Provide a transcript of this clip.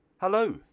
Hello